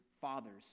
fathers